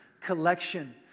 collection